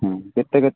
हाँ कितने के